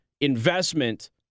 investment